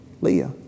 Leah